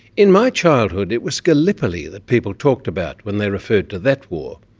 in my childhood it was gallipoli that people talked about when they referred to that war.